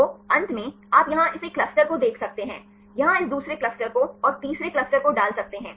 तो अंत में आप यहाँ इस एक क्लस्टर को देख सकते हैं यहाँ इस दूसरे क्लस्टर को और तीसरे क्लस्टर को डाल सकते हैं